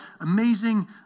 amazing